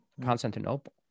Constantinople